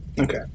Okay